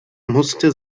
musste